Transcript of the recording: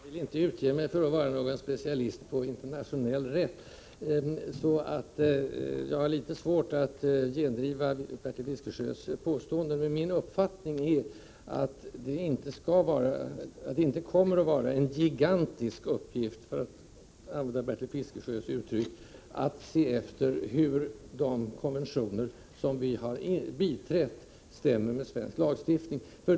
Herr talman! Jag vill inte utge mig för att vara specialist på internationell rätt, så jag har litet svårt att gendriva Bertil Fiskesjös påstående. Men min uppfattning är att det inte kommer att vara en gigantisk uppgift, för att använda Bertil Fiskesjös uttryck, att se efter hur de konventioner vi biträtt stämmer med svensk lagstiftning.